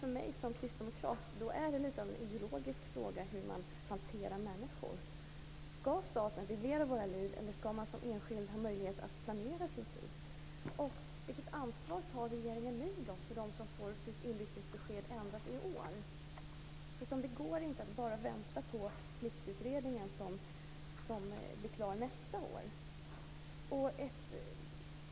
För mig som kristdemokrat är det lite av en ideologisk fråga hur man hanterar människor. Skall staten reglera våra liv, eller skall man som enskild ha möjlighet att planera sin tid? Vilket ansvar tar regeringen för dem som får sitt inryckningsbesked ändrat i år? Det går inte att bara vänta på Pliktutredningen, som blir klar nästa år.